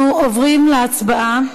אנחנו עוברים להצבעה.